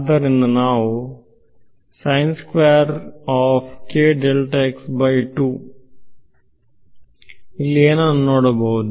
ಆದ್ದರಿಂದ ನಾವು ಇಲ್ಲಿ ಏನನ್ನು ನೋಡಬಹುದು